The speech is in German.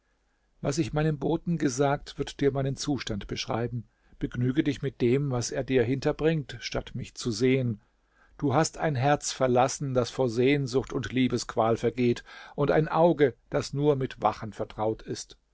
was ich meinem boten gesagt wird dir meinen zustand beschreiben begnüge dich mit dem was er dir hinterbringt statt mich zu sehen du hast ein herz verlassen das vor sehnsucht und liebesqual vergeht und ein auge das nur mit wachen vertraut ist